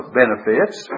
benefits